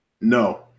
No